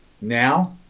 Now